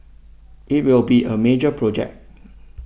it will be a major project